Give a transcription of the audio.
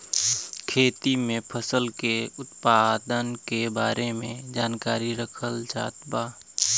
खेती में फसल के उत्पादन के बारे में जानकरी रखल जात बा